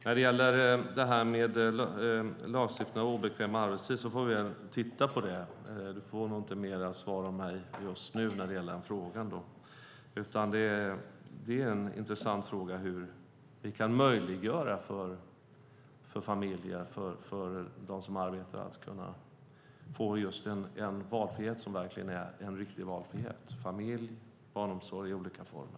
När det gäller lagstiftning om obekväm arbetstid får vi väl titta på det. Magnus Ehrencrona får nog inget annat svar på den frågan av mig just nu. Det är en intressant fråga. Det handlar om att se hur vi kan möjliggöra för familjer, för dem som arbetar, att verkligen få riktig valfrihet. Det handlar om familj och barnomsorg i olika former.